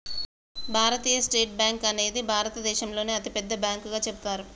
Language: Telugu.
భారతీయ స్టేట్ బ్యాంక్ అనేది భారత దేశంలోనే అతి పెద్ద బ్యాంకు గా చెబుతారట